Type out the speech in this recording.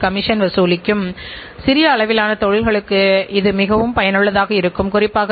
இதன் மூலம் விலையையும் குறைக்க முடியும் மற்றும் நன்மையை இறுதி பயனருக்கு கொடுக்க முடியும்